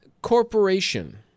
corporation